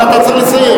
אבל אתה צריך לסיים.